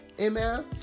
Amen